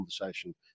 conversation